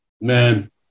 Man